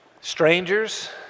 strangers